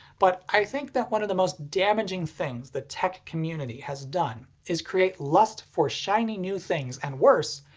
but i think that one of the most damaging things the tech community has done is create lust for shiny new things and worse,